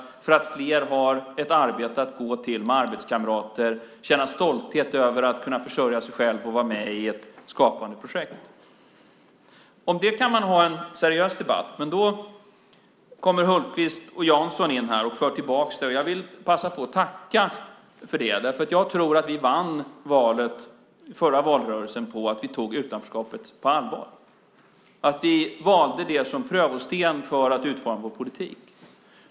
Det handlar om att fler har ett arbete att gå till med arbetskamrater och kan känna stolthet över att kunna försörja sig själva och vara med i ett skapande projekt. Om det kan man ha en seriös debatt. Men gå kommer Hultqvist och Jansson in här och för tillbaka det. Jag vill passa på att tacka för det. Jag tror att vi vann förra valrörelsen på att vi tog utanförskapet på allvar. Vi valde det som prövosten för att utforma vår politik.